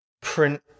print